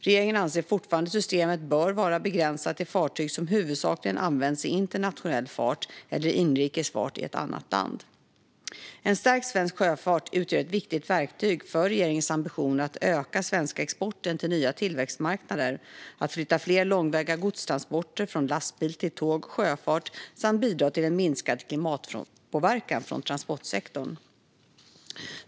Regeringen anser fortfarande att systemet bör vara begränsat till fartyg som huvudsakligen används i internationell fart eller i inrikes fart i ett annat land. En stärkt svensk sjöfart utgör ett viktigt verktyg för regeringens ambitioner att öka den svenska exporten till nya tillväxtmarknader, att flytta fler långväga godstransporter från lastbil till tåg och sjöfart samt bidra till en minskad klimatpåverkan från transportsektorn.